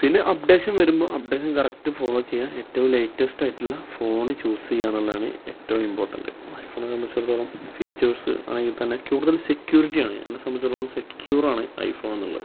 പിന്നെ അപ്ഡേഷന് വരുമ്പോള് updation correct follow ചെയ്യുക ഏറ്റവും ലേറ്റസ്റ്റായിട്ടുള്ള ഫോണ് ചൂസ് ചെയ്യുക എന്നുള്ളതാണ് ഏറ്റവും ഇമ്പോട്ടൻറ്റ് ഐ ഫോണിനെ സംബന്ധിച്ചിടത്തോളം ഫീച്ചേഴ്സ് ആണെങ്കില്ത്തന്നെ കൂടുതല് സെക്യൂരിറ്റിയാണ് എന്നെ സമ്പന്ധിച്ചിടത്തോളം സെക്ക്യുറാണ് ഐ ഫോണെന്നുള്ളത്